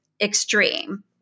extreme